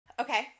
okay